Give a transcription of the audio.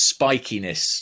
spikiness